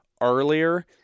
earlier